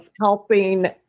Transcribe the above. helping